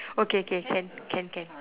okay K can can can